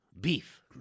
beef